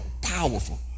Powerful